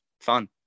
fun